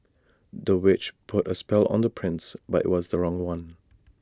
the witch put A spell on the prince but IT was the wrong one